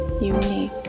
unique